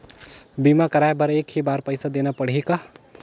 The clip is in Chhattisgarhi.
बीमा कराय बर एक ही बार पईसा देना पड़ही का?